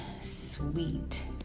sweet